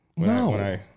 No